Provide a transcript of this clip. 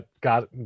got